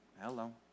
Hello